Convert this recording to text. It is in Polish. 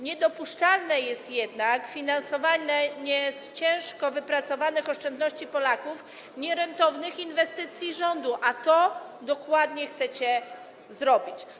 Niedopuszczalne jest jednak finansowanie z ciężko wypracowanych oszczędności Polaków nierentownych inwestycji rządu, a to dokładnie chcecie zrobić.